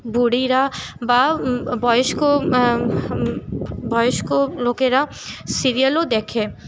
বুড়িরা বা বয়স্ক বয়স্ক লোকেরা সিরিয়ালও দেখে